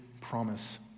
promise